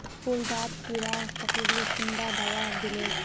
फुल डात कीड़ा पकरिले कुंडा दाबा दीले?